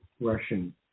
Russian